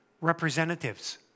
representatives